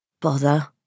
Bother